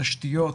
תשתיות,